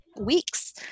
weeks